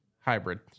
hybrid